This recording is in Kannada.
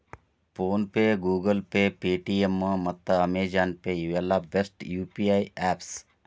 phone pay, Google Pay, Paytm ಮತ್ತ ಅಮೆಜಾನ್ ಪೇ ಇವೆಲ್ಲ ಬೆಸ್ಟ್ ಯು.ಪಿ.ಐ ಯಾಪ್ಸ್